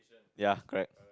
ya correct